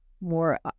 more